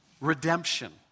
Redemption